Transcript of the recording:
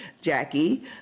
Jackie